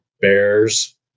Bears